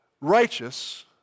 righteous